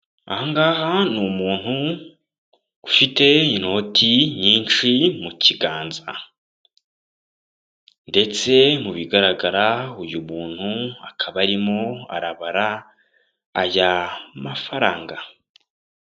Aha ngaha ni umuntu ufite inoti nyinshi mu kiganza, ndetse mu bigaragara uyu muntu akaba arimo arabara aya mafaranga.